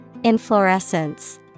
Inflorescence